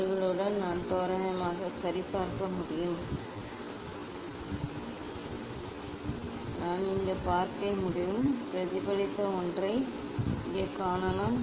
அவர்களுடன் நான் தோராயமாக சரி பார்க்க முடியும் நான் இங்கே பார்க்க முடியும் பிரதிபலித்த ஒன்றை இங்கே காணலாம்